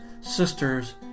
sisters